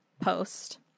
post